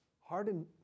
harden